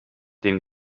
den